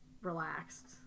relaxed